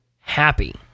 happy